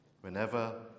Whenever